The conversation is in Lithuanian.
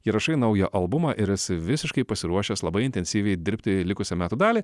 įrašai naują albumą ir esi visiškai pasiruošęs labai intensyviai dirbti likusią metų dalį